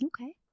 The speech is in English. Okay